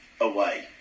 away